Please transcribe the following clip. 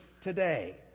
today